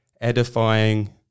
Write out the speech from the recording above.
edifying